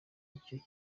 icyo